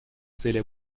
цели